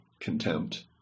contempt